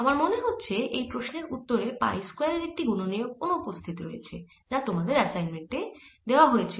আমার মনে হচ্ছে সেই প্রশ্নের উত্তরে পাই স্কয়ারের একটি গুণনীয়ক অনুপস্থিত রয়েছে যা তোমাদের অ্যাসাইনমেন্টে দেওয়া হয়েছিল